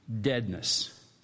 deadness